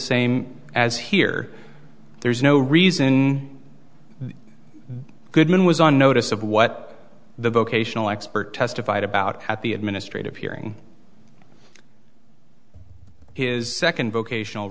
same as here there's no reason goodman was on notice of what the vocational expert testified about at the administrative hearing his second vocational